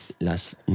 las